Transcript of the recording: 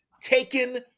taken